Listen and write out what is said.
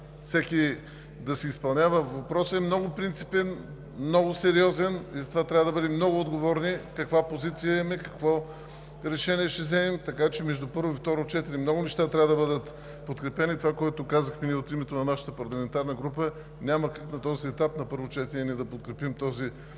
всеки да си изпълнява… Въпросът е много принципен, много сериозен, затова трябва да бъдем много отговорни каква позиция имаме, какво решение ще вземем, така че между първо и второ четене много неща трябва да бъдат подкрепени. Това, което казахме от името на нашата парламентарна група, е, че няма как на този етап на първо четене ние да подкрепим този